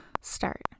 start